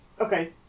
Okay